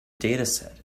dataset